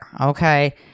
Okay